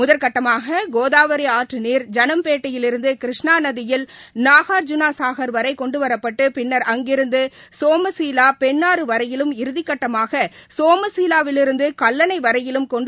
முதற்கட்டமாககோதாவரிஆற்றுநீர் ஜனம்பேட்டையிலிருந்துகிருஷ்ணாநதியில் நாகார்ஜுனா சாகர் வரைகொண்டுவரப்பட்டுபின்னர் அங்கிருந்துசோமசீலா பெண்ணாறுவரையிலும் இறுதிக்கட்டமாகசோமசீலாவிலிருந்துகல்லணைவரையிலும் காணப்படுகிறது